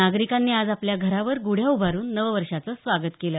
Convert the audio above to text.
नागरिकांनी आज आपल्या घरावर गुढ्या उभारून नववर्षाचं स्वागत केलं